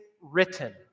written